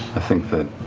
i think that,